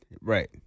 Right